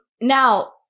Now